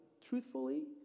truthfully